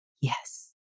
yes